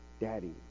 Daddy